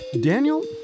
Daniel